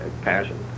passion